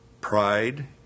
pride